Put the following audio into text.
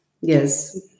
Yes